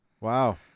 Wow